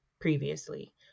previously